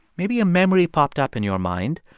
maybe a memory popped up in your mind.